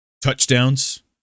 touchdowns